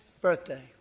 birthday